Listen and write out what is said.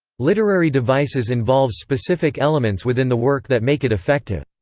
literary devices involves specific elements within the work that make it effective.